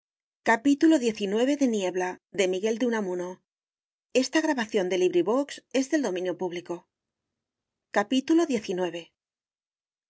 by miguel de unamuno